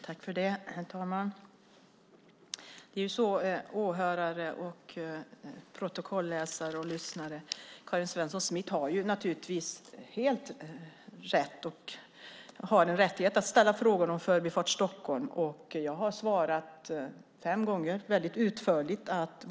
Herr talman! Åhörare, protokollsläsare och protokollslyssnare! Karin Svensson Smith har naturligtvis helt rätt och har en rättighet att ställa frågor om Förbifart Stockholm. Jag har svarat fem gånger väldigt utförligt.